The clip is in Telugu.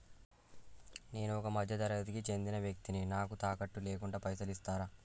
నేను ఒక మధ్య తరగతి కి చెందిన వ్యక్తిని నాకు తాకట్టు లేకుండా పైసలు ఇస్తరా?